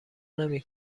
نمی